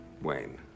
Wayne